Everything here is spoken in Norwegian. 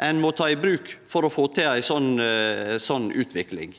ein må ta i bruk for å få til ei sånn utvikling.